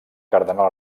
cardenal